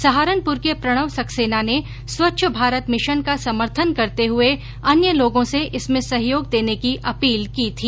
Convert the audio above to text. सहारनपुर के प्रणव सक्सेना ने स्वच्छ भारत मिशन का समर्थन करते हए अन्य लोगों से इसमें सहयोग देने की अपील की थी